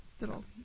little